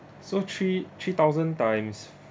so three three thousand times